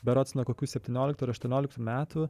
berods nuo kokių septynioliktų ar aštuonioliktų metų